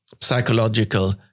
psychological